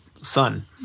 son